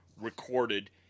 recorded